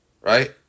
right